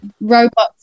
robots